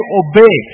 obey